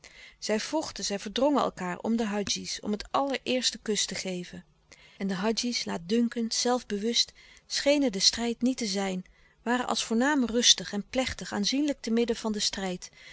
zij vochten zij verdrongen elkaâr om de hadji's om het allereerst den kus te geven en de hadji's laatdunkend zelfbewust schenen den strijd niet te zijn waren als voornaam rustig en plechtig aanzienlijk te midden van den strijd